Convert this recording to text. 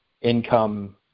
income